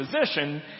position